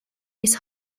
his